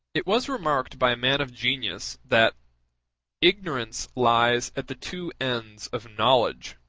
it was remarked by a man of genius that ignorance lies at the two ends of knowledge.